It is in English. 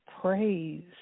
praise